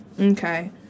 Okay